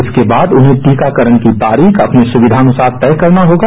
इसके बाद उन्हें टीकाकरण की तारीख अपनी सुवधा के अनुसार तय करना होगा